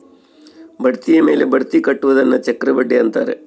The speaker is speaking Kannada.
ಬಡ್ಡಿಯ ಮೇಲೆ ಬಡ್ಡಿ ಕಟ್ಟುವುದನ್ನ ಚಕ್ರಬಡ್ಡಿ ಅಂತಾರೆ